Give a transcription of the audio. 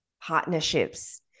partnerships